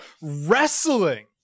wrestling